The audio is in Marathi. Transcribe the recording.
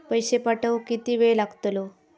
पैशे पाठवुक किती वेळ लागतलो?